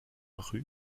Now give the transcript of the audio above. rue